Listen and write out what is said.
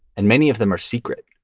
and many of them are secret.